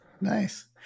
Nice